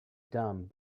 dumb